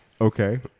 Okay